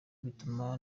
bituma